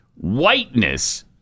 Whiteness